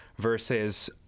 Versus